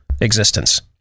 existence